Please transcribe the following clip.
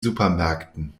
supermärkten